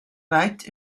weit